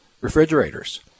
refrigerators